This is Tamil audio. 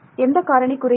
எந்த காரணி குறைகிறது